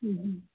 ꯎꯝ ꯎꯝ